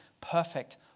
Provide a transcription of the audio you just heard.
perfect